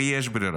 ויש ברירה.